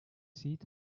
seat